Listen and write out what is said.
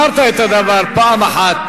אמרת את הדבר פעם אחת.